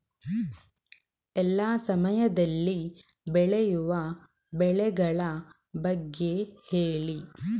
ಎಲ್ಲಾ ಸಮಯದಲ್ಲಿ ಬೆಳೆಯುವ ಬೆಳೆಗಳ ಬಗ್ಗೆ ಹೇಳಿ